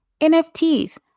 NFTs